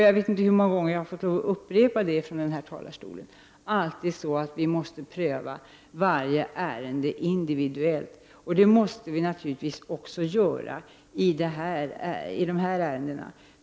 Jag vet inte hur många gånger jag från denna talarstol har fått upprepa att vi alltid måste pröva varje ärende individuellt. Det måste vi naturligtvis också göra i dessa ärenden.